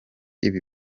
ibi